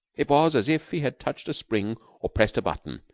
it was as if he had touched a spring or pressed a button,